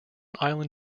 island